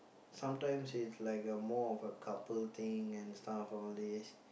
sometimes it's like a more of a couple thing and stuff all this